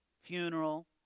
funeral